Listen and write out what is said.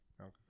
Okay